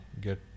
get